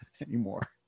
anymore